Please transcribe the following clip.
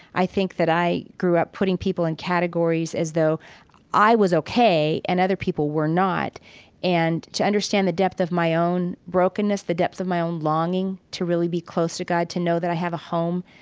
i think that i grew up putting people in categories as though i was ok and other people were not and to understand the depth of my own brokenness, the depth of my own longing to really be close to god, to know that i have a home,